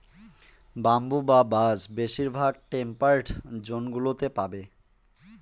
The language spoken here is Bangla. ব্যাম্বু বা বাঁশ বেশিরভাগ টেম্পারড জোন গুলোতে পাবে